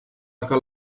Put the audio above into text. aga